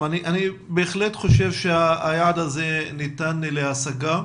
אני בהחלט חושב שהיעד הזה ניתן להשגה,